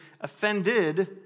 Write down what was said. offended